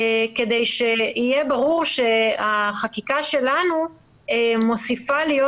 כדי שיהיה ברור שהחקיקה שלנו מוסיפה להיות